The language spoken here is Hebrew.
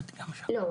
לא,